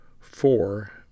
four